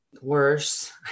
worse